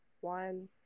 one